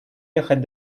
ехать